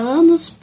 anos